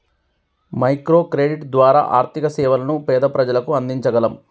micro credit ద్వారా ఆర్థిక సేవలను పేద ప్రజలకు అందించగలం